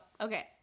Okay